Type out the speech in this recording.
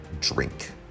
drink